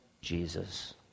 Jesus